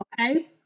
Okay